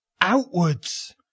Outwards